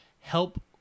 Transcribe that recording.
help